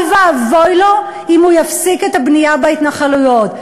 ואבוי לו אם הוא יפסיק את הבנייה בהתנחלויות,